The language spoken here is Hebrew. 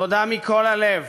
תודה מכל הלב,